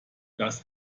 das